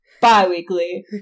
Bi-weekly